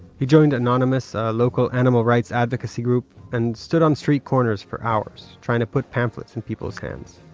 he joined anonymous, a local animal rights advocacy group, and stood on street corners for hours, trying to put pamphlets in people's hands.